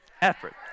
effort